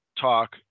talk